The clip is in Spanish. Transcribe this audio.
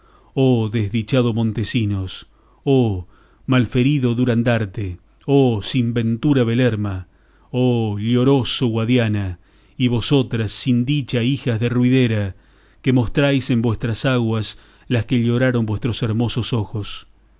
oh desdichado montesinos oh mal ferido durandarte oh sin ventura belerma oh lloroso guadiana y vosotras sin dicha ijas de ruidera que mostráis en vuestras aguas las que lloraron vuestros hermosos ojos